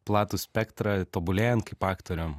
platų spektrą tobulėjant kaip aktoriam